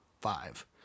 five